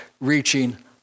reaching